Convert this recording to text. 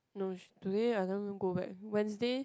no today I never go back Wednesday